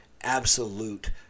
absolute